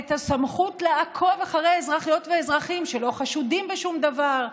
את הסמכות לעקוב אחרי אזרחיות ואזרחים שלא חשודים בשום דבר,